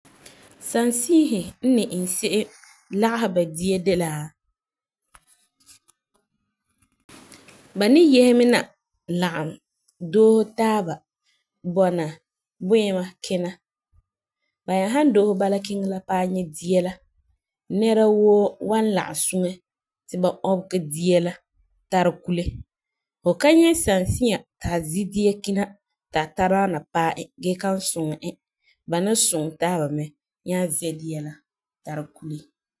Sansiihi n ni iŋɛ se'em lagehɛ ba dia de la ba ni yehe mina lagum doose taaba bɔna buyima kina. Ba nyaa han doohe bala kiŋɛ ya paɛ nyɛ dia nɛra woo wan lagum suŋɛ ti ba ɔbegɛ dia la tari kule. Hu ka nyɛ sansia ti a zɛ dia kina ti a tarana paa e gee kan suŋɛ e. Ba ni suŋɛ taaba mɛ nyaa zɛ dia la tari kule.